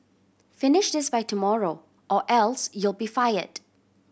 finish this by tomorrow or else you'll be fired